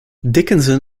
dickinson